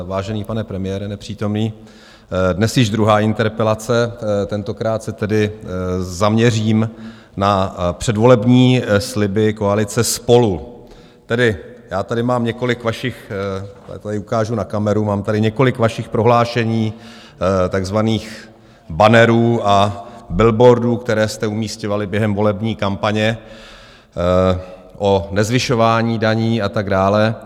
Vážený pane premiére nepřítomný, dnes již druhá interpelace, tentokrát se zaměřím na předvolební sliby koalice SPOLU, tedy já tady mám několik vašich takhle ukážu na kameru mám tady několik vašich prohlášení, takzvaných bannerů a billboardů, které jste umisťovali během volební kampaně, o nezvyšování daní a tak dále.